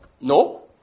No